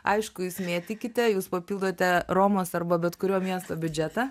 aišku jūs mėtykite jūs papildote romos arba bet kurio miesto biudžetą